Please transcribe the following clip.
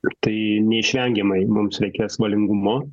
ir tai neišvengiamai mums reikės valingumo